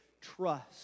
Trust